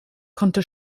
konnte